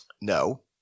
No